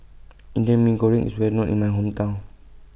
Indan Mee Goreng IS Well known in My Hometown